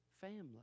family